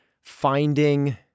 finding